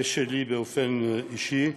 ושלי באופן אישי,